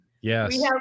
Yes